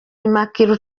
immaculée